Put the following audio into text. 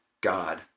God